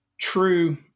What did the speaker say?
true